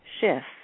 shift